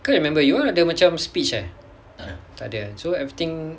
cause I remember you ada macam speech eh tak ada eh so everything